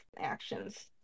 actions